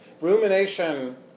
Rumination